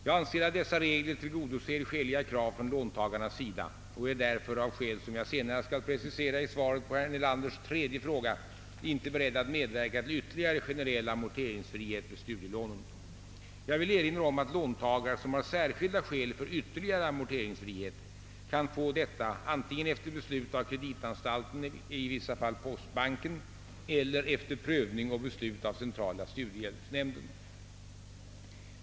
Jag anser att dessa regler tillgodoser skäliga krav från låntagarnas sida och är därför, av skäl som jag senare skall precisera i svaret på herr Nelanders tredje fråga, inte beredd att medverka till ytterligare generell amorteringsfrihet för studielånen. Jag vill erinra om att låntagare, som har särskilda skäl för ytterligare amorteringsfrihet, kan få detta antingen efter beslut av kreditanstalten, i vissa fall postbanken, eller efter prövning och beslut av centrala studiehjälpsnämnden.